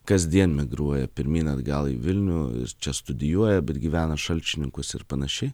kasdien migruoja pirmyn atgal į vilnių čia studijuoja bet gyvena šalčininkuos ir panašiai